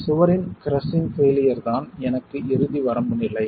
சுவரின் crushing failure தான் எனக்கு இறுதி வரம்பு நிலை